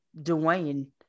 Dwayne